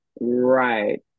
Right